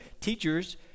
teachers